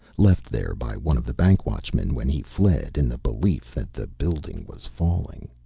left there by one of the bank watchmen when he fled, in the belief that the building was falling.